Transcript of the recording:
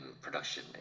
production